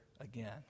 again